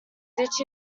ditch